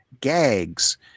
gags